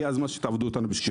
הגיע הזמן שתעבדו איתנו בשקיפות.